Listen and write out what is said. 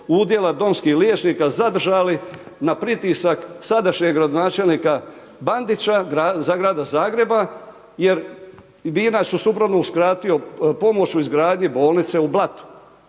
udjela domskih liječnika zadržali na pritisak sadašnjeg gradonačelnika Bandića, za Grada Zagreba, jer bi inače suprotno uskratio pomoć u izgradnji bolnice u Blatu.